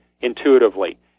intuitively